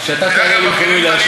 כשאתה תעלה, לא,